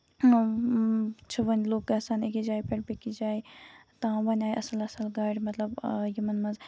چھُ وۄنۍ لُکھ گژھان أکِس جایہِ پٮ۪ٹھ بیٚیہِ کِس جایہِ تام وۄنۍ آیہِ اَصٕل اَصٕل گاڑِ مطلب یِمن منٛز